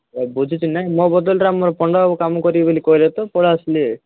ଏ ବୁଝୁଛି ନାହିଁ ମୋ ବଦଳରେ ଆମ ପଣ୍ଡା ବାବୁ କାମ କରିବେ ବୋଲି କହିଲେ ତ ପଳାଇଆସିଲି